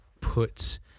put